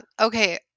okay